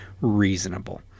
reasonable